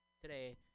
Today